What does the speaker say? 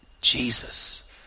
Jesus